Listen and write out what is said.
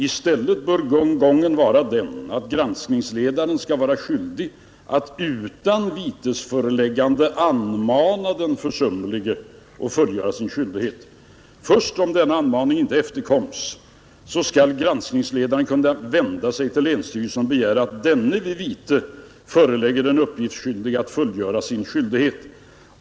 I stället bör gången vara den att granskningsledaren skall vara skyldig att utan vitesföreläggande anmana den försumlige att fullgöra sin skyldighet. Först om denna anmaning inte efterkoms, skall granskningsledaren kunna vända sig till länsstyrelsen och begära att denna vid vite förelägger den uppgiftsskyldige att fullgöra sin skyldighet.